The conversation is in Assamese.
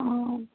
অ'